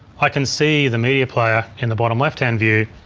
i can see the media player in the bottom left hand view.